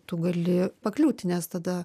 tu gali pakliūti nes tada